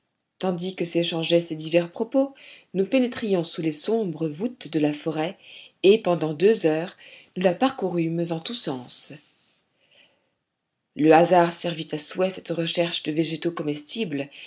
tandis que s'échangeaient ces divers propos nous pénétrions sous les sombres voûtes de la forêt et pendant deux heures nous la parcourûmes en tous sens le hasard servit à souhait cette recherche de végétaux comestibles